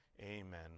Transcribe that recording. Amen